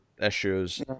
issues